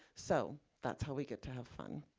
so that's how we get to have fun.